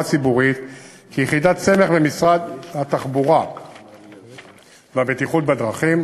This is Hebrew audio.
ציבורית כיחידת סמך במשרד התחבורה והבטיחות בדרכים.